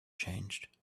changed